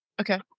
Okay